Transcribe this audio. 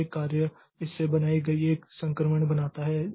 तो एक कार्य इस से बनाई गई एक संक्रमण बनाता है